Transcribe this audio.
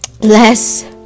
less